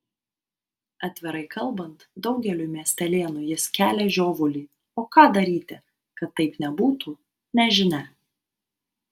atvirai kalbant daugeliui miestelėnų jis kelia žiovulį o ką daryti kad taip nebūtų nežinia